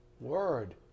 word